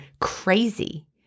crazy